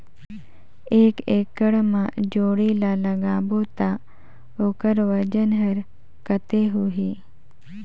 एक एकड़ मा जोणी ला लगाबो ता ओकर वजन हर कते होही?